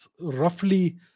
roughly